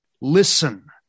Listen